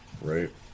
right